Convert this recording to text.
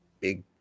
big